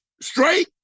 straight